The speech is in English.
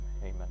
amen